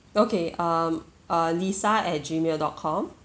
okay um uh lisa at gmail dot com